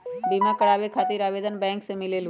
बिमा कराबे खातीर आवेदन बैंक से मिलेलु?